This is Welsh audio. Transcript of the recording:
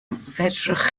fedrwch